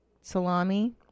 Salami